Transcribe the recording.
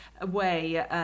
away